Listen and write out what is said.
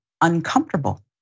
uncomfortable